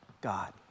God